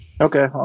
Okay